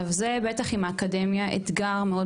גם זה בטח עם האקדמיה האתגר הוא מאוד